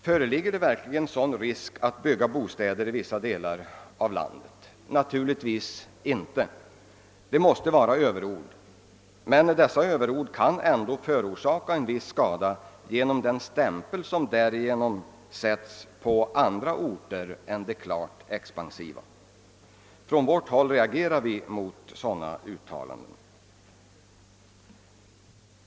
Föreligger det verkligen sådan risk att bygga bostäder i vissa delar av landet? Naturligtvis inte — det måste vara överord. Men dessa överord kan ändå förorsaka en viss skada genom den stämpel som därigenom sätts på andra orter än klärt expansiva. Från vårt håll reagerar vi mot sådana uttalanden.